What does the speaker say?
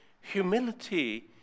humility